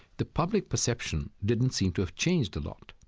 the public perception didn't seem to have changed a lot.